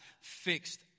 fixed